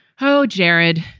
how, jared,